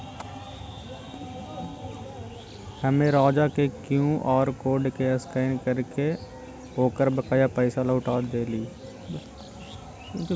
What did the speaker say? हम्मे राजा के क्यू आर कोड के स्कैन करके ओकर बकाया पैसा लौटा देली